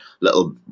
little